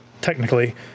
technically